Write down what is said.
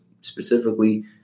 specifically